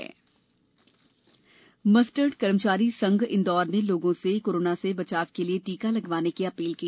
जन आंदोलन मस्टर्ड कर्मचारी संघ इंदौर ने लोगों से कोरोना से बचाव के लिये टीका लगवाने की अपील की